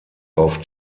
auf